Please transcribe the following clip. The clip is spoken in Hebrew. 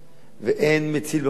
ואין מציל במקום.